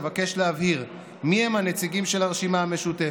אבקש להבהיר מיהם הנציגים של הרשימה המשותפת.